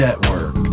Network